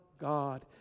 God